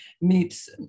meets